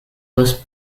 was